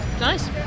Nice